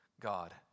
God